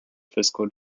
fiscal